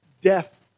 death